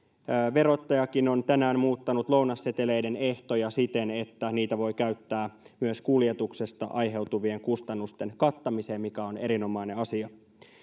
verottajakin on tänään muuttanut lounasseteleiden ehtoja siten että niitä voi käyttää myös kuljetuksesta aiheutuvien kustannusten kattamiseen mikä on erinomainen asia